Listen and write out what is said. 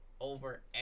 over